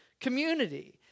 community